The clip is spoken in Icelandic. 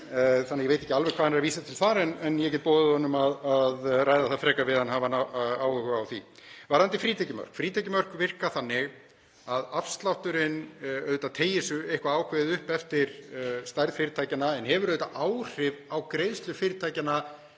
þannig að ég veit ekki alveg hvað hann er að vísa til þar, en ég get boðið honum að ræða það frekar við hann hafi hann áhuga á því. Varðandi frítekjumörk þá virka þau þannig að afslátturinn teygir sig eitthvað ákveðið upp eftir stærð fyrirtækjanna en hefur auðvitað áhrif á greiðslur fyrirtækjanna